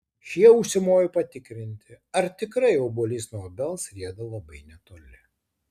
šie užsimojo patikrinti ar tikrai obuolys nuo obels rieda labai netoli